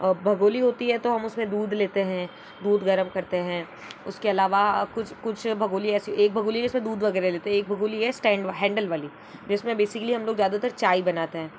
भगोनी होती है तो हम उसमें दूध लेते है दूध गर्म करते हैं उसके अलावा कुछ कुछ भगोनी ऐसी एक भगोनी जैसे दूध वगैरह लेते हैं एक भगोनी है स्टेन हैंडल वाली जिसमें बेसिकली हम लोग ज़्यादातर चाय बनाते हैं